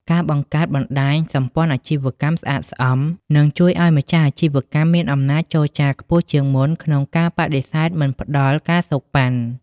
ការបង្កើតបណ្ដាញ "សម្ព័ន្ធអាជីវករស្អាតស្អំ" នឹងជួយឱ្យម្ចាស់អាជីវកម្មមានអំណាចចរចាខ្ពស់ជាងមុនក្នុងការបដិសេធមិនផ្ដល់ ការសូកប៉ាន់។